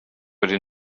wedi